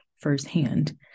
firsthand